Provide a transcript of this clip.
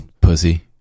Pussy